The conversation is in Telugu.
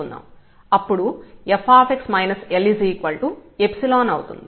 అప్పుడు f L అవుతుంది